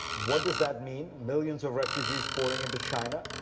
what does that mean? millions of refugees pouring into china,